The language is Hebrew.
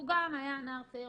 והוא גם היה נער צעיר,